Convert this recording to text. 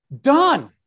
done